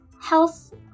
health